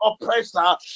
oppressor